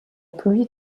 pluie